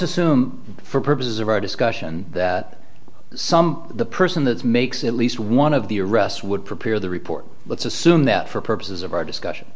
assume for purposes of our discussion that some the person that makes at least one of the arrests would prepare the report let's assume that for purposes of our discussion